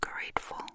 grateful